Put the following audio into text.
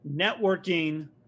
networking